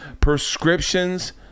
Prescriptions